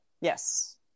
yes